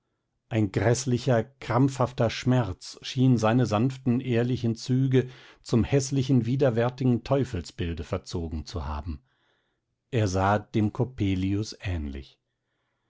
ein gräßlicher krampfhafter schmerz schien seine sanften ehrlichen züge zum häßlichen widerwärtigen teufelsbilde verzogen zu haben er sah dem coppelius ähnlich